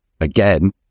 again